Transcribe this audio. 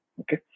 Okay